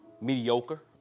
mediocre